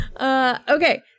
Okay